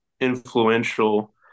influential